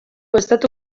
estatu